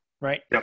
Right